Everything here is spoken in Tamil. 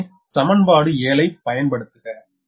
எனவே சமன்பாடு 7 ஐ பயன்படுத்துக